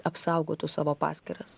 apsaugotų savo paskyras